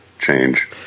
change